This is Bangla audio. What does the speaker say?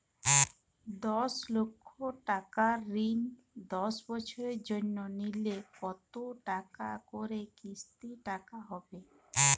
দশ লক্ষ টাকার ঋণ দশ বছরের জন্য নিলে কতো টাকা করে কিস্তির টাকা হবে?